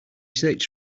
search